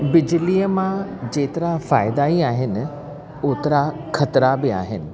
बिजलीअ मां जेतिरा फ़ाइदा ई आहिनि ओतिरा खतरा बि आहिनि